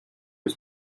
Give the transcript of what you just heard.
his